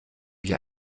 wie